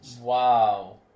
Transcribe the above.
Wow